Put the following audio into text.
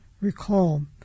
recall